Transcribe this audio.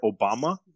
Obama